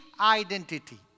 identity